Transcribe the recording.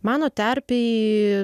mano terpėj